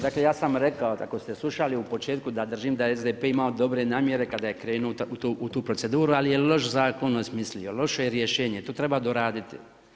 Dakle ja sam rekao, ako ste slušali, u početku da držim da je SDP imao dobre namjere kada je krenuo u tu proceduru, ali je loš zakon osmislio, loše je rješenje, tu treba doraditi.